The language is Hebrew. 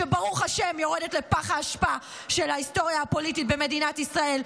שברוך השם יורדת לפח האשפה של ההיסטוריה הפוליטית במדינת ישראל,